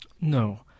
No